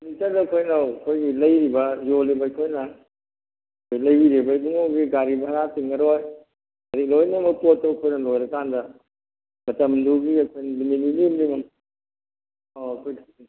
ꯑꯩꯈꯣꯏꯒꯤ ꯂꯩꯔꯤꯕ ꯌꯣꯜꯂꯤꯕ ꯑꯩꯈꯣꯏꯅ ꯂꯩꯕꯤꯔꯤꯕ ꯏꯕꯨꯡꯉꯣꯒꯤ ꯒꯥꯔꯤ ꯚꯥꯔꯥ ꯇꯤꯡꯉꯔꯣꯏ ꯂꯣꯏꯅꯃꯛ ꯄꯣꯠꯇꯨ ꯑꯩꯈꯣꯏꯅ ꯂꯣꯏꯔꯀꯥꯟꯗ ꯃꯇꯝꯗꯨꯒꯤ ꯑꯩꯈꯣꯏꯅ ꯅꯨꯃꯤꯠ ꯅꯤꯅꯤ ꯍꯨꯝꯅꯤꯃꯨꯛ ꯑꯥꯎ